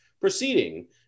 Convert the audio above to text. proceeding